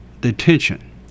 detention